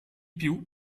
più